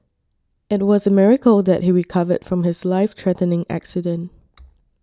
it was a miracle that he recovered from his life threatening accident